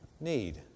need